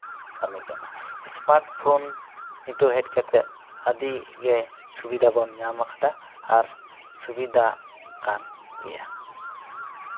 ᱠᱟᱹᱢᱤ ᱠᱟᱱᱟ smart phone ᱱᱤᱛᱳᱜ ᱦᱮᱡ ᱠᱟᱛᱮᱫ ᱟᱹᱰᱤ ᱜᱮ ᱥᱩᱵᱤᱫᱟ ᱵᱚᱱ ᱧᱟᱢᱟᱠᱟᱫᱟ ᱟᱨ ᱥᱩᱦᱤᱫᱟ ᱠᱟᱱ ᱜᱮᱭᱟ